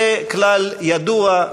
וכלל ידוע,